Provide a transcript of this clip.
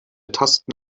tasten